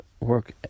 work